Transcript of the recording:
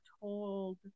told